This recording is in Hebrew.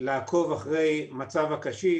לעקוב אחרי מצב הקשיש,